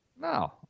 No